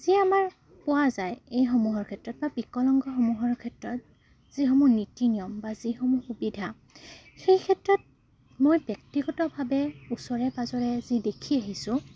যি আমাৰ পোৱা যায় এইসমূহৰ ক্ষেত্ৰত বা বিকলাংগসমূহৰ ক্ষেত্ৰত যিসমূহ নীতি নিয়ম বা যিসমূহ সুবিধা সেই ক্ষেত্ৰত মই ব্যক্তিগতভাৱে ওচৰে পাজৰে যি দেখি আহিছোঁ